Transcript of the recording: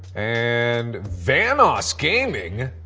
and vanossgaming?